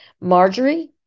Marjorie